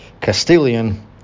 Castilian